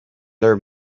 their